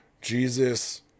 Jesus